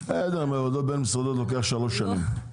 ועדת בין משרדיות לוקח שלוש שנים.